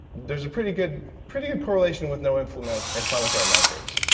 there's a pretty good pretty good correlation with no inflammatory inflammatory markers.